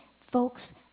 folks